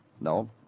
No